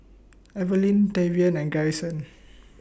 Evaline Tavion and Garrison